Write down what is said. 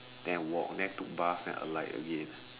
then I walk then I took bus then I alight again